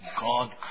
God